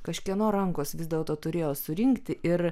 kažkieno rankos vis dėlto turėjo surinkti ir